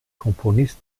komponist